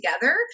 together